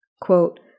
Quote